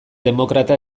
demokrata